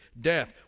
Death